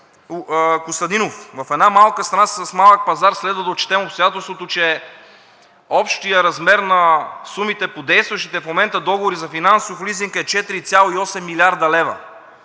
Костадинов, в една малка страна с малък пазар следва да отчетем обстоятелството, че общият размер на сумите по действащите в момента договори за финансов лизинг е 4,8 млрд. лв.